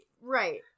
Right